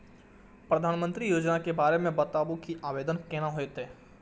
प्रधानमंत्री योजना के बारे मे बताबु की आवेदन कोना हेतै?